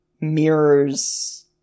mirrors